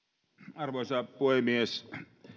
arvoisa puhemies